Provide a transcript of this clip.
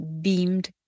beamed